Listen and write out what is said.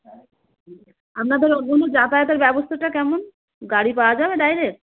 আপনাদের ওইখানে যাতায়াতের ব্যবস্থাটা কেমন গাড়ি পাওয়া যাবে ডাইরেক্ট